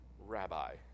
Rabbi